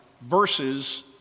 verses